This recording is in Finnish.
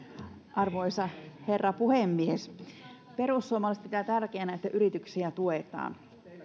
arvoisa herra puhemies perussuomalaiset pitävät tärkeänä että yrityksiä tuetaan